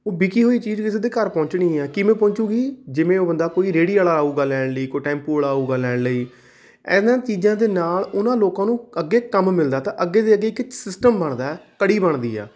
ਉਹ ਵਿਕੀ ਹੋਈ ਚੀਜ਼ ਕਿਸੇ ਦੇ ਘਰ ਪਹੁੰਚਣੀ ਹੈ ਕਿਵੇਂ ਪਹੁੰਚੁਗੀ ਜਿਵੇਂ ਉਹ ਬੰਦਾ ਕੋਈ ਰੇਹੜੀ ਵਾਲਾ ਆਵੇਗਾ ਲੈਣ ਲਈ ਕੋਈ ਟੈਂਪੂ ਵਾਲਾ ਆਵੇਗਾ ਲੈਣ ਲਈ ਇਹਨਾਂ ਚੀਜ਼ਾਂ ਦੇ ਨਾਲ ਉਨ੍ਹਾਂ ਲੋਕਾਂ ਨੂੰ ਅੱਗੇ ਕੰਮ ਮਿਲਦਾ ਤਾਂ ਅੱਗੇ ਦੀ ਅੱਗੇ ਇੱਕ ਸਿਸਟਮ ਬਣਦਾ ਹੈ ਕੜੀ ਬਣਦੀ ਆ